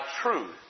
truth